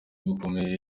bukomeye